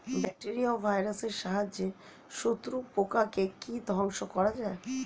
Bacteria ও ভাইরাসের সাহায্যে শত্রু পোকাকে কি ধ্বংস করা যায়?